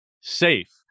safe